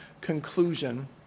conclusion